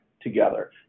Together